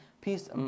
peace